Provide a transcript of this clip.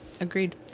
Agreed